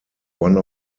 one